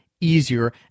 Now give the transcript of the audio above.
Easier